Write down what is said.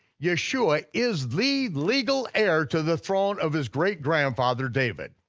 yeshua is the legal heir to the throne of his great grandfather david.